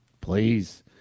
please